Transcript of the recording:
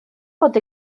bod